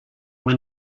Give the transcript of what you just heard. when